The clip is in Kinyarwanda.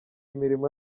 imirimo